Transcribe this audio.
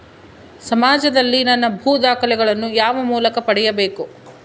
ಸಮಾಜದಲ್ಲಿ ನನ್ನ ಭೂ ದಾಖಲೆಗಳನ್ನು ಯಾವ ಮೂಲಕ ಪಡೆಯಬೇಕು?